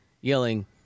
yelling